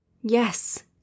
Yes